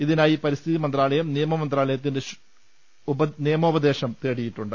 ഇതിനായി പരിസ്ഥിതി മന്ത്രാലയം നിയമ മന്ത്രാലയത്തിന്റെ ഉപദേശം തേടിയിട്ടുണ്ട്